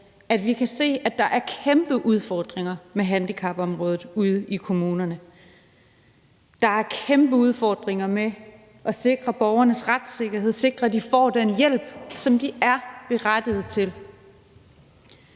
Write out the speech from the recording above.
at vi kan se, at der er kæmpe udfordringer med handicapområdet ude i kommunerne. Der er kæmpe udfordringer med at sikre borgernes retssikkerhed, sikre, at de får den hjælp, som de er berettiget til.